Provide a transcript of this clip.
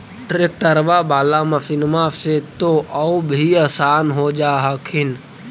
ट्रैक्टरबा बाला मसिन्मा से तो औ भी आसन हो जा हखिन?